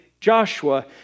Joshua